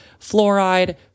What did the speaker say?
fluoride